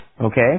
okay